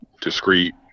discreet